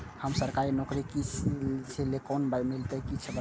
हम सरकारी नौकरी करै छी लोन केना मिलते कीछ बताबु?